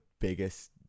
biggest